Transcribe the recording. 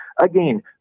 again